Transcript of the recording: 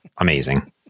Amazing